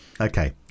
Okay